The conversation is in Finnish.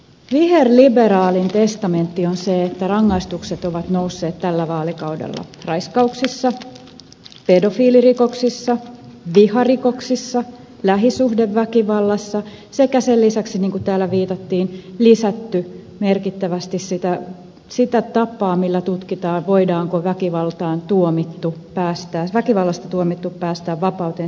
viherliberaalin testamentti on se että rangaistukset ovat nousseet tällä vaalikaudella raiskauksissa pedofiilirikoksissa viharikoksissa lähisuhdeväkivallassa ja sen lisäksi niin kuin täällä viitattiin on lisätty merkittävästi sitä tapaa millä tutkitaan sitä riskinarviota voidaanko väkivallasta tuomittu päästää vapauteen